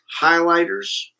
highlighters